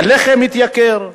הלחם התייקר,